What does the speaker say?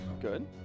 Good